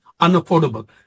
unaffordable